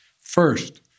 First